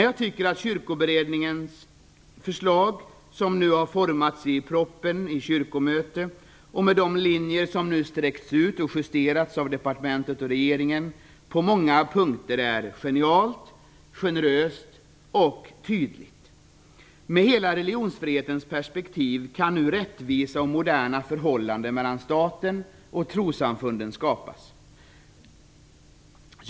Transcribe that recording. Jag tycker dock att kyrkoberedningens förslag, som formats i propositionen och i kyrkomötet, och vars linjer nu sträckts ut och justerats av departementet och regeringen, på många punkter är genialt, generöst och tydligt. Med hela religionsfrihetens perspektiv kan nu rättvisa och moderna förhållanden mellan staten och trossamfunden skapas.